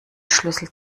schlüssel